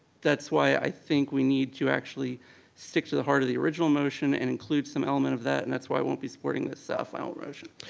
that's why i think we need to actually stick to the heart of the original motion and include some element of that, and that's why i won't be supporting this so final motion.